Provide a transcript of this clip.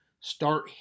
start